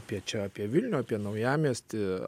apie čia apie vilnių apie naujamiestį